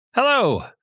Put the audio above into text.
Hello